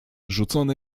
rzucone